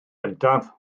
gyntaf